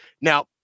Now